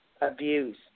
abuse